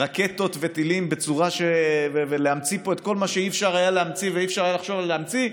רקטות וטילים ולהמציא פה את כל מה שאפשר היה להמציא ולחשוב על להמציא.